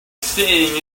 staying